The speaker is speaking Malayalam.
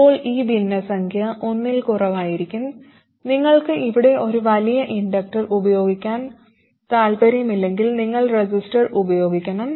ഇപ്പോൾ ഈ ഭിന്നസംഖ്യ ഒന്നിൽ കുറവായിരിക്കും നിങ്ങൾക്ക് ഇവിടെ ഒരു വലിയ ഇൻഡക്റ്റർ ഉപയോഗിക്കാൻ താൽപ്പര്യമില്ലെങ്കിൽ നിങ്ങൾ റെസിസ്റ്റർ ഉപയോഗിക്കണം